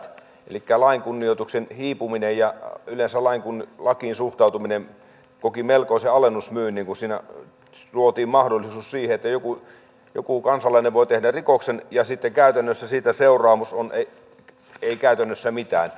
elikkä lain kunnioitus hiipui ja yleensä lakiin suhtautuminen koki melkoisen alennusmyynnin kun siinä luotiin mahdollisuus siihen että joku kansalainen voi tehdä rikoksen ja sitten siitä seuraamus on käytännössä ei mitään